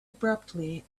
abruptly